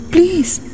Please